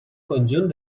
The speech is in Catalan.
conjunt